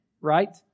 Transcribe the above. right